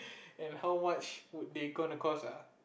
and how much would they going to cost ah